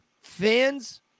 fans –